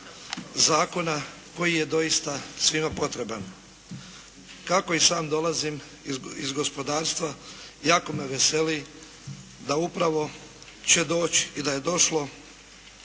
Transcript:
zakona koji je doista svima potreban. Kako i sam dolazim iz gospodarstva jako me veseli da upravo će doći i da je došlo